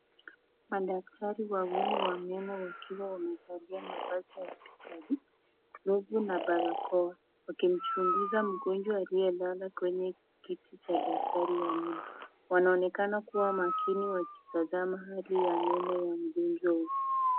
Madaktari wawili wa meno wakiwa wamevalia mavazi ya hosiptali, glovu na barakoa wakimchunguza mgonjwa aliyelala kwenye kiti cha daktari wa meno. Wanaonekana kuwa makini wakitazama hali ya meno ya mgonjwa huyo.